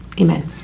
Amen